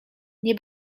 nie